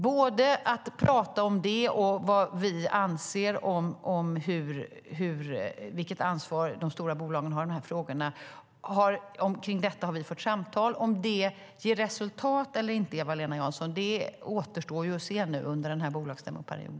Vi har fört samtal både om detta och om vilket ansvar vi anser att de stora bolagen har i dessa frågor. Om det ger resultat eller inte, Eva-Lena Jansson, det återstår att se under denna bolagsstämmeperiod.